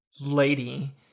Lady